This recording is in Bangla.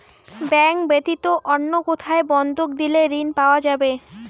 ব্যাংক ব্যাতীত অন্য কোথায় বন্ধক দিয়ে ঋন পাওয়া যাবে?